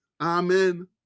Amen